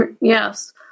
Yes